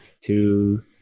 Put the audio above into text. Two